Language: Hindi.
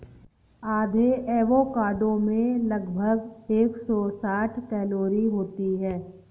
आधे एवोकाडो में लगभग एक सौ साठ कैलोरी होती है